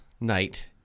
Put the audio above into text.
night